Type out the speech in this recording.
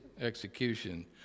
execution